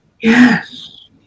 Yes